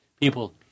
people